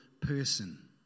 person